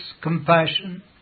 compassion